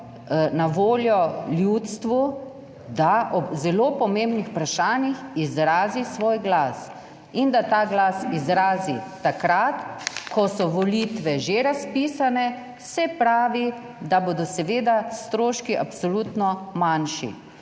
na voljo ljudstvu, da ob zelo pomembnih vprašanjih izrazi svoj glas in da ta glas izrazi takrat, ko so volitve že razpisane. Se pravi, da bodo seveda stroški absolutno manjši,